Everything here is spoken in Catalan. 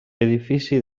edifici